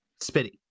Spitty